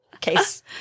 Case